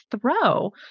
throw